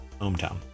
hometown